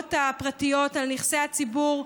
החברות הפרטיות על נכסי הציבור.